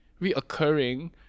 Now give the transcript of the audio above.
reoccurring